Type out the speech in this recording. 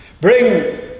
bring